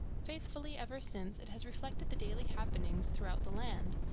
faithfully ever since it has reflected the daily happenings through-out the land,